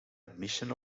admission